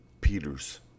Peter's